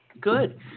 Good